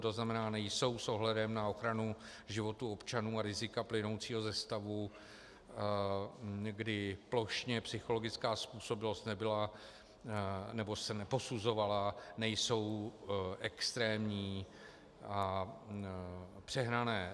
To znamená, nejsou s ohledem na ochranu životů občanů a rizika plynoucího ze stavu, kdy plošně psychologická způsobilost nebyla nebo se neposuzovala, nejsou extrémní a přehnané.